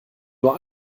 nur